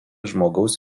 žmogaus